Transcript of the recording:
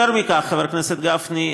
יותר מכך, חבר הכנסת גפני,